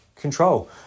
control